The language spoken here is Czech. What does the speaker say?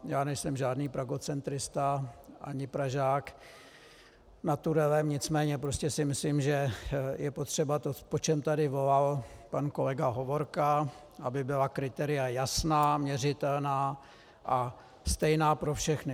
Já nejsem žádný pragocentrista ani Pražák naturelem, nicméně prostě si myslím, že je potřeba, po čem tady volal pan kolega Hovorka, aby byla kritéria jasná, měřitelná a stejná pro všechny.